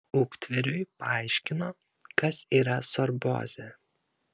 uktveriui paaiškino kas yra sorbozė